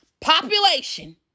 population